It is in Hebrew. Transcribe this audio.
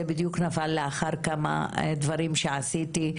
זה בדיוק נפל לאחר כמה דברים שעשיתי,